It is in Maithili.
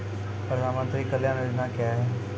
प्रधानमंत्री कल्याण योजना क्या हैं?